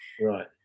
Right